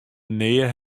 nea